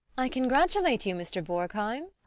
i congratulate you, mr. borgheim!